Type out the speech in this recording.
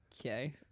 Okay